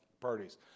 parties